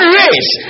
race